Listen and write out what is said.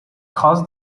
cause